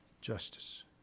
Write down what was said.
justice